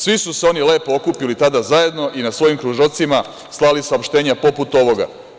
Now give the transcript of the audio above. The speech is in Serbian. Svi su se oni lepo okupili tada zajedno i na svojim kružocima slali saopštenja poput ovoga.